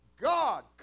God